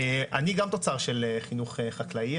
אני גם תוצר של חינוך חקלאי.